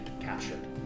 captured